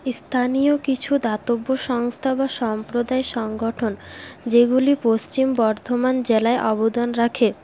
স্থানীয় কিছু দাতব্য সংস্থা বা সম্প্রদায় সংগঠন যেগুলি পশ্চিম বর্ধমান জেলায় অবদান রাখে